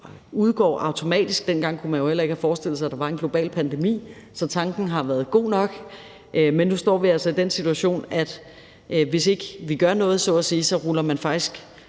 udgår automatisk. Dengang kunne man jo heller ikke have forestillet sig, at der var en global pandemi, så tanken har været god nok. Men nu står vi altså i den situation, at hvis ikke vi så at sige gør noget,